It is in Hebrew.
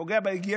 זה פוגע בהיגיינה,